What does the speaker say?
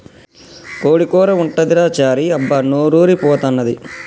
కోడి కూర ఉంటదిరా చారీ అబ్బా నోరూరి పోతన్నాది